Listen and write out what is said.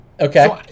Okay